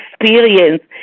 experience